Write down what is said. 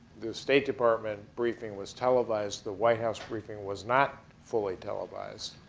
the state department briefing was televised, the white house briefing was not fully televised.